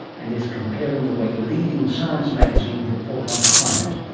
and is comparing the way leading science magazines report on climate.